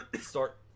start